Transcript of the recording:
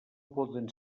poden